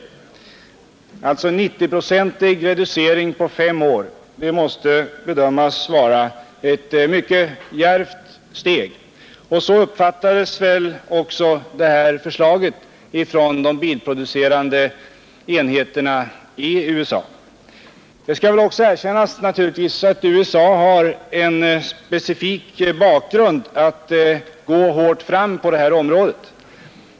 Det innebär alltså en avgasreducering med 90 procent på fem år, vilket måste bedömas vara ett djärvt steg. Så uppfattades väl också förslaget av bilindustrin i USA. Det bör dock sägas att USA har ett specifikt behov att gå hårt fram på detta område.